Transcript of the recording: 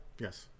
Yes